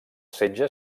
setge